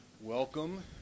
Welcome